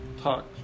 talk